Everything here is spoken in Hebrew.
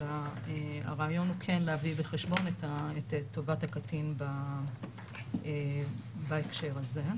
אבל הרעיון הוא כן להביא בחשבון את טובת הקטין בהקשר הזה.